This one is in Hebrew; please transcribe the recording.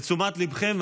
לתשומת ליבכם,